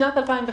בשנת 2015